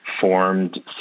formed